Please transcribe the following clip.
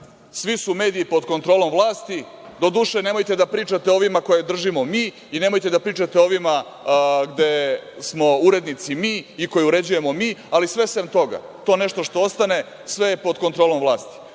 svi mediji pod kontrolom vlasti, doduše, nemojte da pričate o ovima koje držimo mi i nemojte da pričate o ovima gde smo urednici mi i koje uređujemo mi, ali sve sem toga, to nešto što ostane, sve je pod kontrolom vlasti,